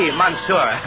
monsieur